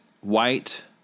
white